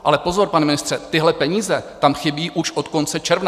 Ale pozor, pane ministře, tyhle peníze tam chybí už od konce června.